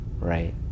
right